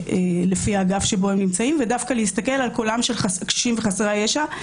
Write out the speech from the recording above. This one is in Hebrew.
לפי האגף שבו הם נמצאים ודווקא לשמוע את קולם של הקשישים וחסרי הישע.